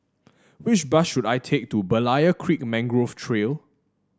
which bus should I take to Berlayer Creek Mangrove Trail